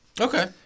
Okay